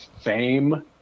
fame